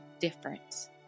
difference